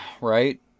right